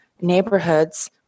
neighborhoods